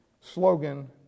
slogan